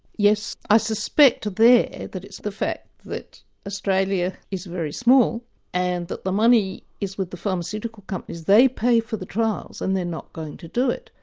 yes, i suspect there that it's the fact that australia is very small and that the money is with the pharmaceutical companies, they pay for the trials and they're not going to do it.